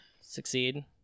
Succeed